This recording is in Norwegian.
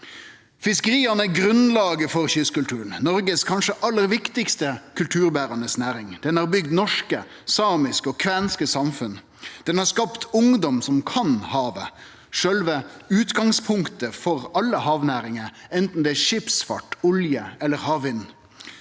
Fiskeria er grunnlaget for kystkulturen, Noregs kanskje aller viktigaste kulturberande næring. Den har bygd norske, samiske og kvenske samfunn. Den har skapt ungdom som kan havet, sjølve utgangspunktet for alle havnæringar, anten det er skipsfart, olje eller havvind.